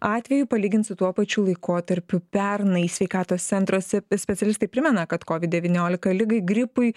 atvejų palyginti su tuo pačiu laikotarpiu pernai sveikatos centruose specialistai primena kad covid devyniolika ligai gripui